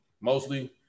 mostly